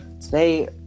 Today